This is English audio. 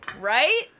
Right